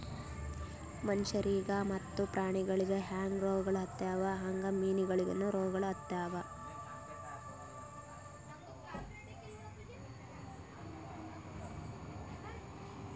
ಮನುಷ್ಯರಿಗ್ ಮತ್ತ ಪ್ರಾಣಿಗೊಳಿಗ್ ಹ್ಯಾಂಗ್ ರೋಗಗೊಳ್ ಆತವ್ ಹಂಗೆ ಮೀನುಗೊಳಿಗನು ರೋಗಗೊಳ್ ಆತವ್